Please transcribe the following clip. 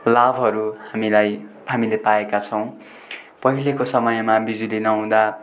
लाभहरू हामीलाई हामीले पाएका छौँ पहिलेको समयमा बिजुली नहुँदा